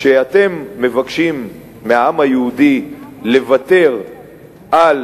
כשאתם מבקשים מהעם היהודי לוותר על